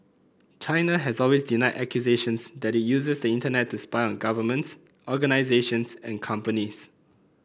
China has always denied accusations that it uses the Internet to spy on governments organisations and companies